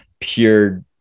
pure